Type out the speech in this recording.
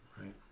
Right